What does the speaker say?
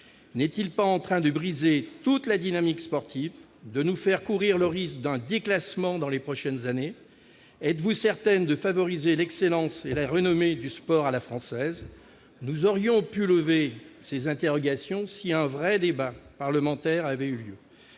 N'est-il pas en train de briser toute la dynamique sportive, de nous faire courir le risque d'un déclassement dans les prochaines années ? Êtes-vous certaine de favoriser l'excellence et la renommée du sport à la française ? Nous aurions pu lever ces interrogations si un vrai débat parlementaire avait eu lieu.